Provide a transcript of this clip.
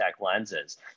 lenses